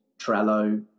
Trello